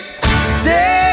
day